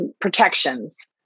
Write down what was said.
protections